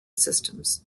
systems